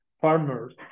farmers